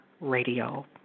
Radio